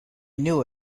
knew